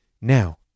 Now